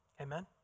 Amen